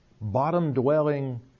bottom-dwelling